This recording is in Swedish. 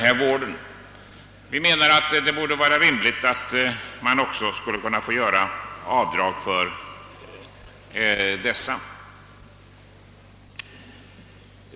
Det vore enligt vår mening rimligt att avdrag finge göras även i sådana fall.